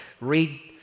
read